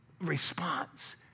response